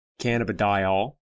cannabidiol